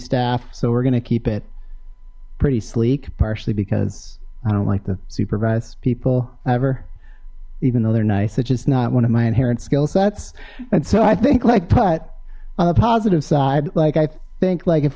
staff so we're gonna keep it pretty sleek partially because i don't like the supervise people ever even though they're nice it is not one of my inherent skill sets and so i think like but on the positive side like i think like if